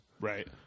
Right